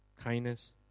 kindness